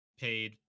paid